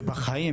ובחיים,